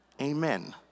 Amen